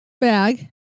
Bag